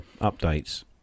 updates